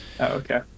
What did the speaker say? okay